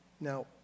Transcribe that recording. Now